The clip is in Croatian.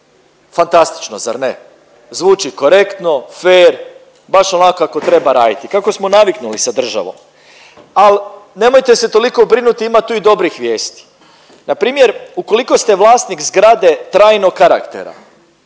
fantastično zar ne, zvuči korektno, fer baš onako kako treba raditi i kako smo naviknuli sa državom. Al nemojte se toliko brinuti ima tu i dobrih vijesti, npr. ukoliko ste vlasnik zgrade trajnog karaktera,